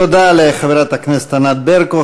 תודה לחברת הכנסת ענת ברקו.